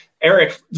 Eric